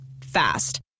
Fast